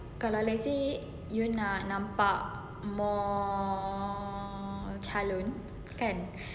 kalau let's say you nak nampak more calon kan